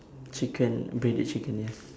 chicken breaded chicken yes